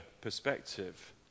perspective